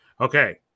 Okay